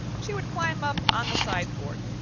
she would climb up on the sideboard,